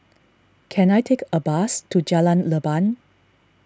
can I take a bus to Jalan Leban